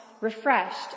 refreshed